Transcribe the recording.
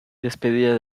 despedida